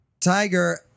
Tiger